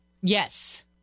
Yes